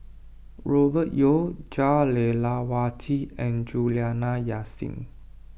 Robert Yeo Jah Lelawati and Juliana Yasin